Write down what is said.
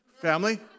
Family